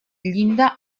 llinda